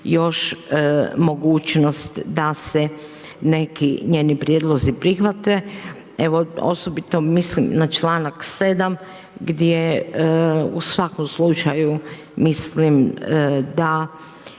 još mogućnost da se neki njeni prijedlozi prihvate. Osobito mislim na članak 7. gdje u svakom slučaju mislim da